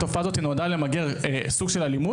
התופעה הזאת נועדה למגר סוג של אלימות